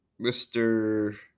Mr